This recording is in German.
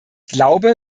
glaube